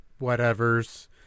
whatevers